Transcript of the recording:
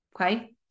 okay